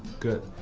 good.